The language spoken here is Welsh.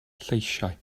lleisiau